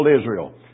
Israel